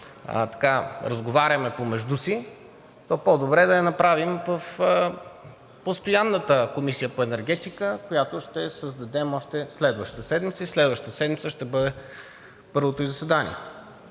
разговаряме помежду си, то по-добре да го направим в постоянната Комисия по енергетика, която ще създадем още следващата седмица, и следващата седмица ще бъде първото ѝ заседание.